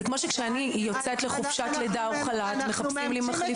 זה כמו שכאשר אני יוצאת לחופשת לידה או חל"ת מחפשים לי מחליפה.